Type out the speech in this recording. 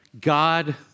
God